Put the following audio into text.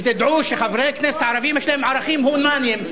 שתדעו שחברי כנסת ערבים יש להם ערכים הומניים.